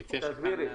אני מציע שכאן נעצור.